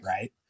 right